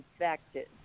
infected